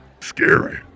Scary